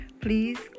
Please